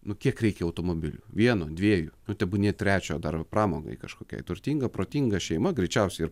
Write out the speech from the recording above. nu kiek reikia automobilių vieno dviejų nu tebūnie trečio dar pramogai kažkokiai turtinga protinga šeima greičiausiai ir